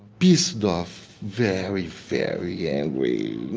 pissed off very, very angry.